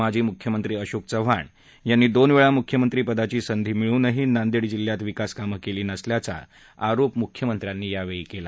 माजी मुख्यमंत्री अशोक चव्हाण यांनी दोनवेळा मुख्यमंत्री पदाची संधी मिळूनही नांदेड जिल्ह्यात विकास कामं केली नसल्याचा मुख्यमंत्र्यांनी यावेळी केला